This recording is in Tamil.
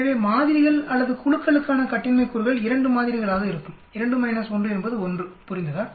எனவே மாதிரிகள் அல்லது குழுக்களுக்கான கட்டின்மை கூறுகள் 2 மாதிரிகளாக இருக்கும் 2 1 என்பது 1 புரிந்ததா